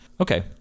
okay